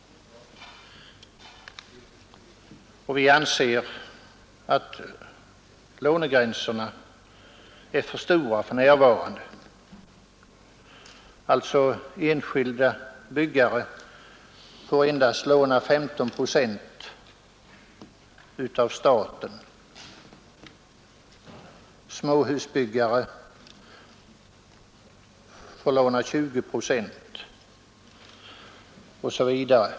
Vi anser att lånegränserna för närvarande är för snäva. Enskilda byggare får endast låna 15 procent av staten, småhusbyggare 20 procent osv.